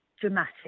dramatic